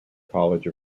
college